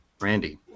Randy